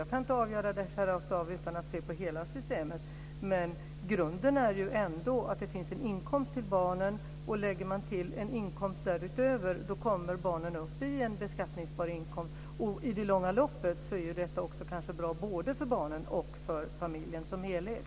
Jag kan inte avgöra det utan att se på hela systemet. Men grunden är ändå att det finns en inkomst till barnen, och lägger man till en inkomst därutöver kommer barnen upp i en beskattningsbar inkomst. Och i det långa loppet är detta kanske också bra både för barnen och för familjen som helhet.